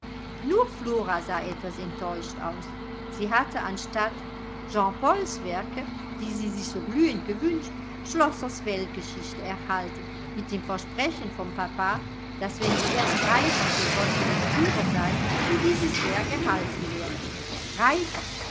flora sah etwas enttäuscht aus sie hatte anstatt jean pauls werke die sie sich so glühend gewünscht schlossers weltgeschichte erhalten mit dem versprechen vom papa daß wenn sie erst reifer für solche lektüre sei sie dieses werk erhalten werde reifer